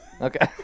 Okay